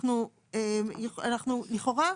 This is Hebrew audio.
אנחנו לכאורה,